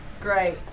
Great